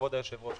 כבוד היושב-ראש,